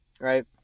right